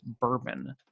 bourbon